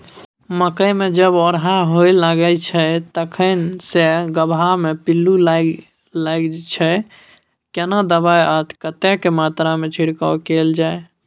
मकई मे जब ओरहा होबय लागय छै तखन से गबहा मे पिल्लू लागय लागय छै, केना दबाय आ कतेक मात्रा मे छिरकाव कैल जाय?